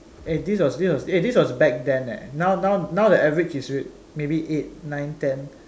eh this was this was eh this was back then <[leh] now now now the average is maybe eight nine ten